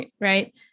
right